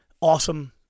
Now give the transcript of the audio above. awesome